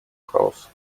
хаос